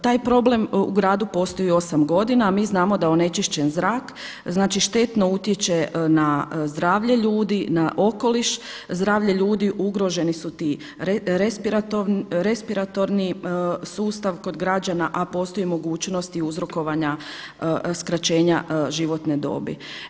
Taj problem u gradu postoji osam godina, a mi znamo da onečišćen zrak štetno utječe na zdravlje ljudi, na okoliš, zdravlje ljudi ugroženi ti respiratorni sustav kod građana, a postoji mogućnost uzrokovanja skraćenja životne dobi.